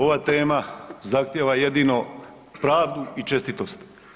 Ova tema zahtijeva jedino pravdu i čestitost.